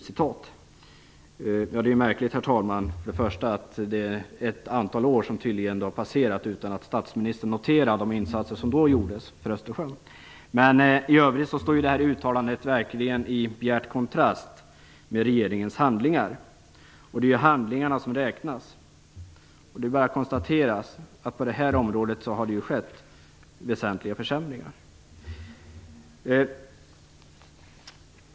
Det är märkligt, herr talman, att ett antal år har passerat utan att statsministern noterar de insatser som gjordes för Östersjön. Men i övrigt står detta uttalande verkligen i bjärt kontrast med regeringens handlingar, och det är ju handlingarna som räknas. Det bör konstateras att på detta område har det skett väsentliga försämringar.